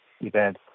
event